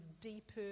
deeper